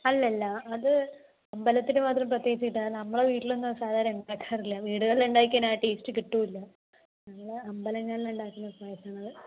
അല്ലല്ല അത് അമ്പലത്തിൽ മാത്രം പ്രത്യേകിച്ചു കിട്ടാറുണ്ട് നമ്മുടെ വീട്ടിലൊന്നും സാധാരണ ഉണ്ടാക്കാറില്ല വീടുകളിൽ ഉണ്ടാക്കി കഴിഞ്ഞാൽ ആ ടേസ്റ്റ് കിട്ടുകയില്ല അമ്പലങ്ങളിൽ ഉണ്ടാക്കണ പായസമാണ് അത്